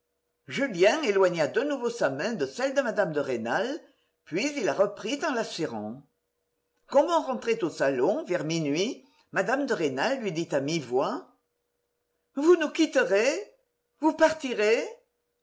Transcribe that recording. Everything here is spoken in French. julien éloigna de nouveau sa main de celle de mme de rênal puis il la reprit en la serrant comme on rentrait au salon vers minuit mme de rênal lui dit à mi-voix vous nous quitterez vous partirez